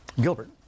Gilbert